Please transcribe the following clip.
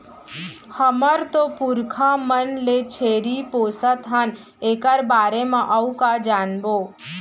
हमर तो पुरखा मन ले छेरी पोसत हन एकर बारे म अउ का जानबो?